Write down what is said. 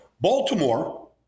Baltimore